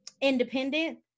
independent